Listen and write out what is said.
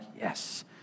yes